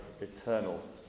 eternal